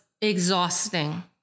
exhausting